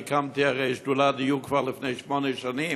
אני הרי הקמתי שדולת דיור כבר לפני שמונה שנים,